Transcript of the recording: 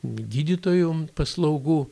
gydytojų paslaugų